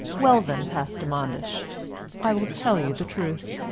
well, then, pastor manders i will tell you the truth.